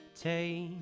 take